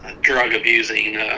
drug-abusing